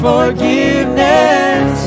Forgiveness